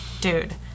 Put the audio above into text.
dude